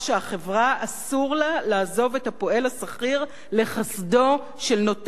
אסור לה לעזוב את הפועל השכיר לחסדו של נותן העבודה,